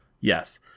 Yes